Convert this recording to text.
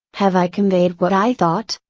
have i conveyed what i thought?